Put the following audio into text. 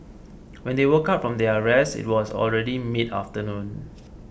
when they woke up from their rest it was already mid afternoon